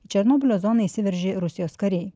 černobylio zoną įsiveržė rusijos kariai